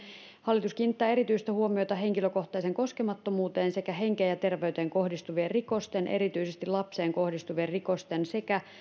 hallitus kiinnittää erityistä huomiota henkilökohtaiseen koskemattomuuteen sekä henkeen ja terveyteen kohdistuvien rikosten erityisesti lapseen kohdistuvien rikosten sekä